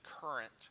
current